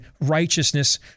righteousness